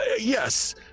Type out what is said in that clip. Yes